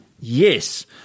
Yes